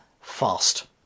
fast